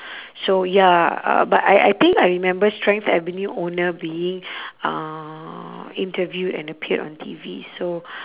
so ya uh but I I think I remember strength avenue owner being uh interviewed and appeared on T_V so